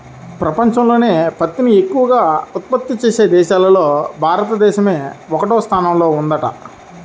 పెపంచంలోనే పత్తిని ఎక్కవగా ఉత్పత్తి చేసే దేశాల్లో భారతదేశమే ఒకటవ స్థానంలో ఉందంట